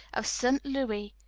of st. louis,